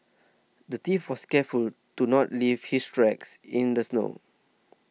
the thief was careful to not leave his tracks in the snow